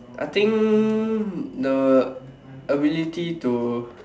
I think the ability to